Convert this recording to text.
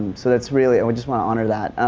so thatis really, i just wanna honor that.